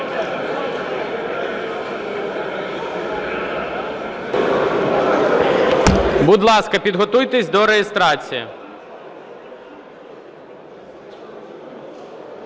Будь ласка, підготуйтесь до реєстрації.